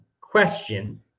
question